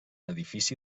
edifici